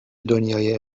دنیای